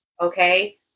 okay